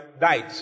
died